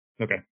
okay